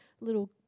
little